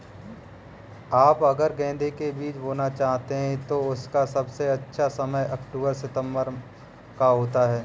आप अगर गेंदे के बीज बोना चाहते हैं तो इसका सबसे अच्छा समय अक्टूबर सितंबर का है